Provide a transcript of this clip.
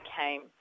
came